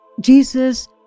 Jesus